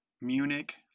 Munich